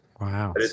Wow